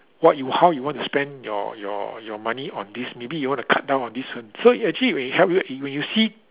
what you how you want to spend your your your money on this maybe you want to cut down on this one so actually when it help you when you see